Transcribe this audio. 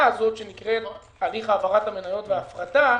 הזאת שנקראת הליך העברת המניות וההפרטה,